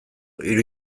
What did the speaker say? hiru